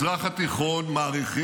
טיהרו 80% מגרמניה,